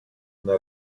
una